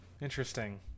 Interesting